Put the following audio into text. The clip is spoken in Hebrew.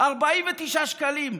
49 שקלים.